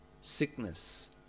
sickness